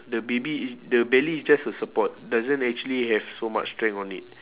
the baby is the belly is just a support doesn't actually have so much strength on it